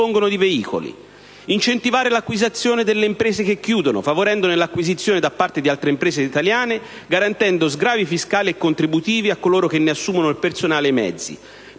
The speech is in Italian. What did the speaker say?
incentivare l'acquisizione delle imprese che chiudono, favorendone l'acquisizione da parte di altre imprese italiane, garantendo sgravi fiscali e contributivi a coloro che ne assumono il personale e i mezzi;